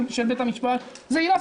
אל תגבילו.